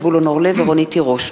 זבולון אורלב ורונית תירוש,